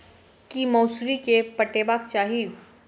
की मौसरी केँ पटेबाक चाहि?